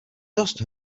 dost